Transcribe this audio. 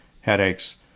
headaches